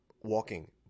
walking